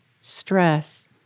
stress